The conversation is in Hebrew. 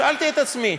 שאלתי את עצמי: